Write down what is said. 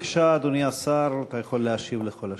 בבקשה, אדוני השר, אתה יכול להשיב על כל השאלות.